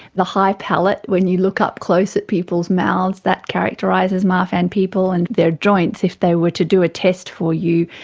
the high palate when you look up close at people's mouths, that characterises marfan people, and their joints, if they were to do a test for you,